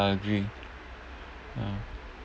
ya I agree ya